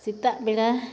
ᱥᱮᱛᱟᱜ ᱵᱮᱲᱟ